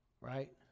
right